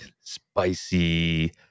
spicy